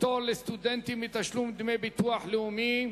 פטור לסטודנטים מתשלום דמי ביטוח לאומי)